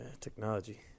Technology